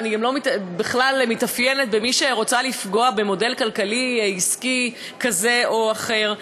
ובכלל אני לא מתאפיינת כמי שרוצה לפגוע במודל כלכלי עסקי כזה או אחר,